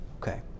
Okay